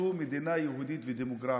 זו מדינה יהודית ודמוגרפית,